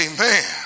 Amen